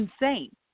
insane